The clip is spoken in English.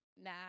nah